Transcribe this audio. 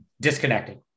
disconnected